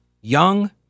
Young